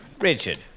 Richard